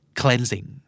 cleansing